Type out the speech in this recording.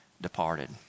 departed